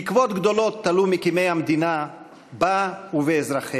תקוות גדולות תלו מקימי המדינה בה ובאזרחיה.